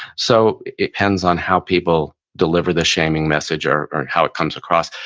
so it depends on how people deliver the shaming message or or how it comes across.